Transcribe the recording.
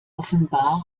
offenbar